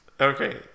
Okay